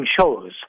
shows